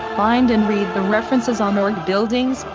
find and read the references on org buildings,